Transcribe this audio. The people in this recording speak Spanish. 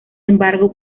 embargo